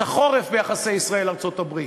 את החורף ביחסי ישראל ארצות-הברית.